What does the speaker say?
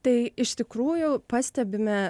tai iš tikrųjų pastebime